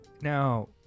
now